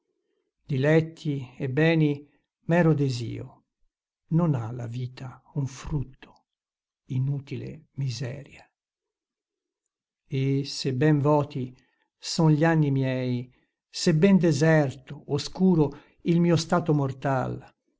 diletti e beni mero desio non ha la vita un frutto inutile miseria e sebben vòti son gli anni miei sebben deserto oscuro il mio stato mortal